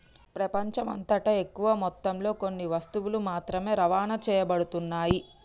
ప్రపంచమంతటా ఎక్కువ మొత్తంలో కొన్ని వస్తువులు మాత్రమే రవాణా చేయబడుతున్నాయి